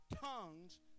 tongues